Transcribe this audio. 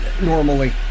normally